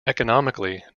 economically